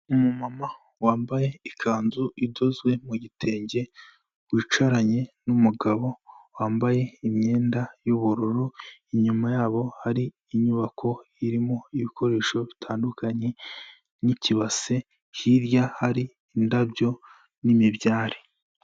Umuma wambaye ikanzu idozwe mu gitenge wicaranye n'umugabo wambaye imyenda y’ubururu, inyuma yabo hari inyubako irimo ibikoresho bitandukanye n'ikibase hirya hari indabyo n'imibyare.